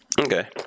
okay